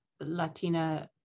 Latina